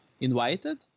invited